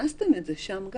הכנסתם את זה שם גם